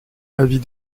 avis